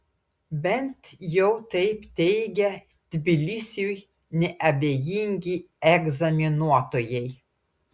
bent jau taip teigia tbilisiui neabejingi egzaminuotojai